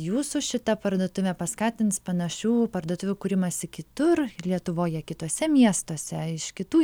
jūsų šita parduotuvė paskatins panašių parduotuvių kūrimąsi kitur lietuvoje kituose miestuose iš kitų